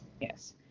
Yes